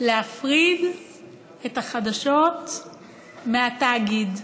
להפריד את החדשות מהתאגיד,